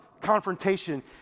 confrontation